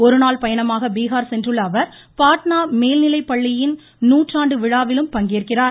ஒரு நாள் பயணமாக பீகார் சென்றுள்ள அவர் பாட்னா மேல்நிலைப்பள்ளியின் நூற்றாண்டு விழாவிலும் பங்கேற்கிறார்